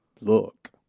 look